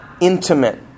intimate